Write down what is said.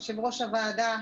יושבת-ראש הוועדה,